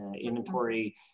inventory